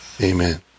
Amen